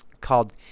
called